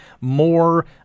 more